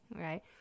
right